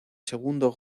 segundo